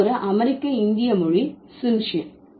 இது ஒரு அமெரிக்க இந்திய மொழி சிம்ஷியன்